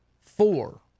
four